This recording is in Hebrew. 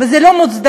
וזה לא מוצדק.